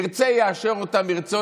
ירצה לאשר אותם, יאשר.